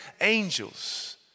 angels